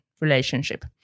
relationship